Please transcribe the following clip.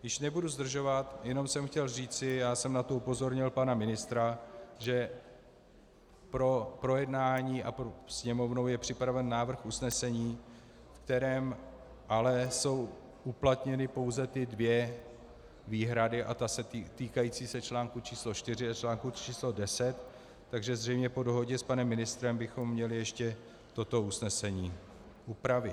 Již nebudu zdržovat, jenom jsem chtěl říci, já jsem na to upozornil pana ministra, že pro projednání a pro Sněmovnu je připraven návrh usnesení, ve kterém ale jsou uplatněny pouze dvě výhrady týkající se článku číslo čtyři a článku číslo deset, takže zřejmě po dohodě s panem ministrem bychom měli ještě toto usnesení upravit.